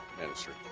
Ministry